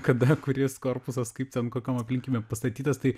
kada kuris korpusas kaip ten kokiom aplinkybėm pastatytas tai